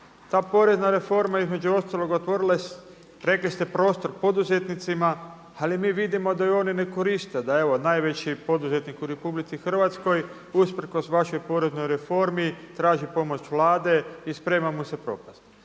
Ta porezna reforma između ostalog otvorila je rekli ste prostor poduzetnicima, ali mi vidimo da ju oni ne koriste, da evo najveći poduzetnik u RH usprkos vašoj poreznoj reformi traži pomoć Vlade i sprema mu se propast.